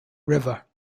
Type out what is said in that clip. river